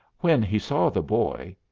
when he saw the boy,